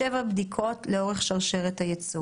בדיקות לאורך שרשרת הייצור.